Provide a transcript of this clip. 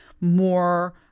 more